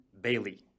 Bailey